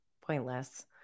Pointless